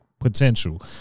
potential